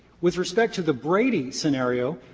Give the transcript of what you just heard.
with respect to the brady scenario,